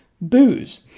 booze